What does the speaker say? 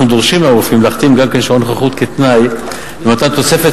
אנחנו דורשים מהרופאים להחתים שעון נוכחות כתנאי למתן תוספת